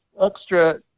extra